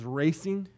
racing